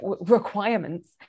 requirements